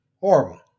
horrible